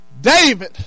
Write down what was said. David